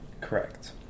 Correct